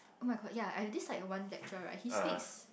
oh-my-god ya I have this like one lecturer right he speaks